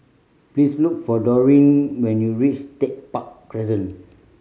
please look for Dorine when you reach Tech Park Crescent